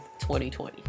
2020